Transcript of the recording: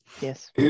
yes